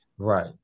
Right